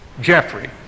Jeffrey